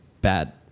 bad